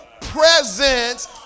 presence